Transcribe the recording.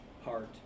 heart